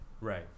right